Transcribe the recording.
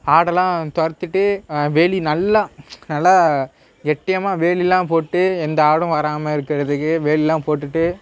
ஆடெல்லாம் துரத்திட்டு வேலி நல்லா நல்லா கெட்டியமாக வேலியெலாம் போட்டு எந்த ஆடும் வராமல் இருக்கிறதுக்கு வேலியெலாம் போட்டுவிட்டு